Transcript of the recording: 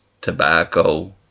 tobacco